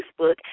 Facebook